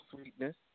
sweetness